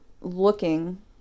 looking